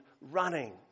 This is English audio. running